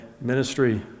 ministry